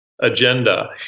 agenda